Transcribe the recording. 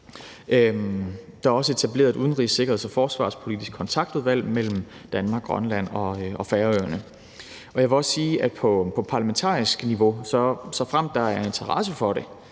Der er også etableret et udenrigs-, sikkerheds- og forsvarspolitisk kontaktudvalg mellem Danmark, Grønland og Færøerne. Jeg vil også sige, at Socialdemokratiet, såfremt der er eller vil blive interesse for det,